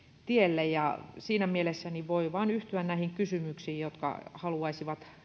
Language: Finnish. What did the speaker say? tielle siinä mielessä voi vain yhtyä näihin kysyjiin jotka haluaisivat